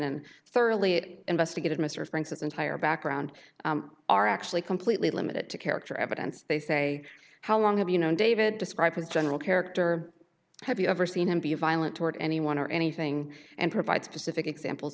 and thoroughly investigated mr francis entire background are actually completely limited to character evidence they say how long have you know david described his general character have you ever seen him be violent toward anyone or anything and provide specific examples